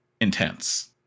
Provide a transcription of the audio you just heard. intense